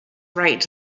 right